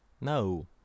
No